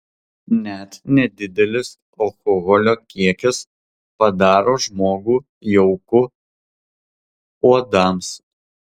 net nedidelis alkoholio kiekis padaro žmogų jauku uodams